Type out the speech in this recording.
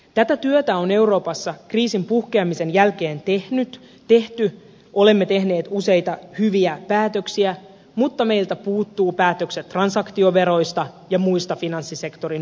tätä työtä on euroopassa kriisin puhkeamisen jälkeen tehty olemme tehneet useita hyviä päätöksiä mutta meiltä puuttuvat päätökset transaktioveroista ja muista finanssisektorin veroista